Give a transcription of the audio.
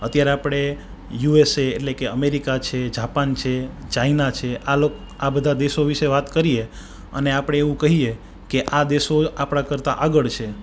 અત્યારે આપણે યુએસએ એટલે કે અમેરિકા છે જાપાન છે ચાઈના છે આ લોક આ બધા દેશો વિશે વાત કરીએ અને આપણે એવું કહીએ કે આ દેશો આપણા કરતાં આગળ છે